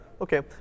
Okay